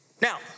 Now